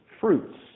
fruits